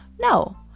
No